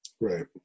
Right